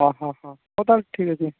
ହଁ ହଁ ହଁ ହଉ ତା'ହାଲେ ଠିକ ଅଛି